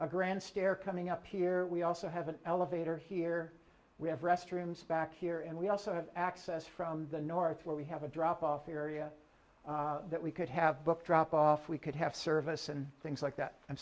a grand stair coming up here we also have an elevator here we have restrooms back here and we also have access from the north where we have a drop off area that we could have booked drop off we could have service and things like that